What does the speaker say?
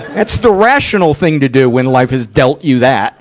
that's the rational thing to do when life has dealt you that